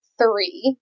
three